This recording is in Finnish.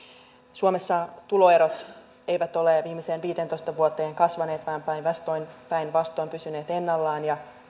suomessa tuloerot eivät ole viimeiseen viiteentoista vuoteen kasvaneet vaan päinvastoin päinvastoin pysyneet ennallaan ja